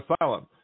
asylum